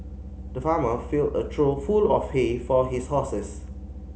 the farmer filled a trough full of hay for his horses